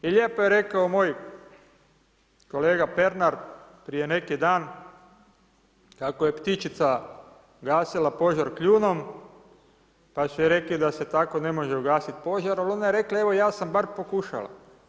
I lijepo je rekao moj kolega Pernar prije neki dan, kako je ptičica gasila požar kljunom, pa su joj rekli da se tako ne može ugasiti požar, a ona je rekla evo ja sam bar pokušala.